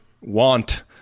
want